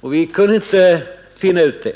Vi kunde inte finna ut det.